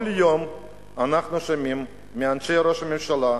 כל יום אנחנו שומעים מאנשי ראש הממשלה: